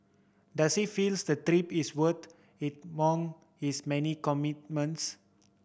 does he feels the trip is worth it among his many commitments